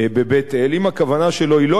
אם הכוונה שלו לא היתה פוליטית,